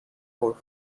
for